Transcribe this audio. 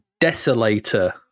Desolator